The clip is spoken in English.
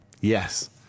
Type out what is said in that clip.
yes